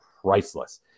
priceless